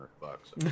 bucks